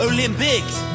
Olympics